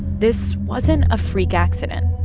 this wasn't a freak accident.